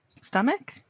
stomach